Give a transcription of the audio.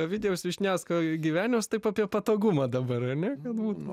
ovidijaus vyšniausko gyvenimas taip apie patogumą dabar ar ne kad būtų